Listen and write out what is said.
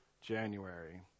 January